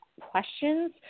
questions